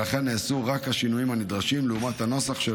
ולכן נעשו רק השינויים הנדרשים לעומת הנוסח של